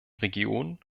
regionen